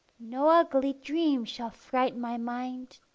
no ugly dream shall fright my mind,